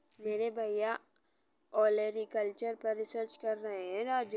मेरे भैया ओलेरीकल्चर पर रिसर्च कर रहे हैं राजू